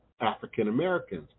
African-Americans